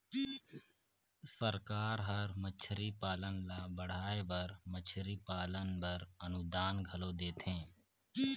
सरकार हर मछरी पालन ल बढ़ाए बर मछरी पालन बर अनुदान घलो देथे